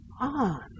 on